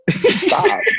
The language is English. stop